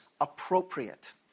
appropriate